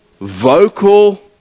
vocal